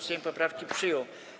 Sejm poprawki przyjął.